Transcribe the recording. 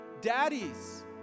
daddies